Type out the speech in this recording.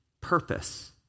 purpose